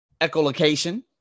echolocation